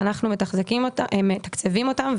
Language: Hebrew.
אנחנו מתקצבים אותם,